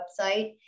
website